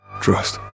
Trust